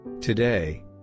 Today